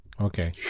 Okay